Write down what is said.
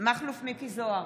בהצבעה מכלוף מיקי זוהר,